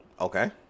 okay